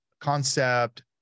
concept